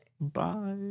Bye